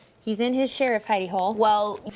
he's in his sheriff hidey hole. well,